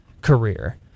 career